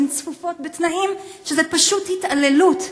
הן צפופות בתנאים שהם פשוט התעללות,